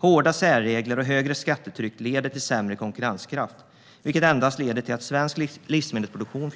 Hårda särregler och högre skattetryck leder till sämre konkurrenskraft, vilket endast leder till att svensk livsmedelsproduktion